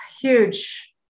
Huge